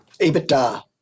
EBITDA